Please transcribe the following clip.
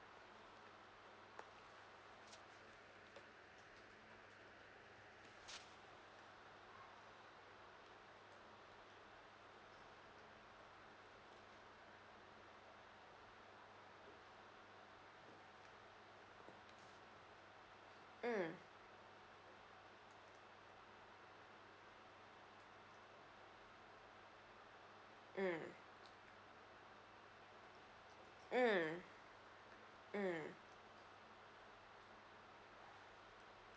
mm mm mm mm